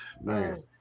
Man